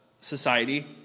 society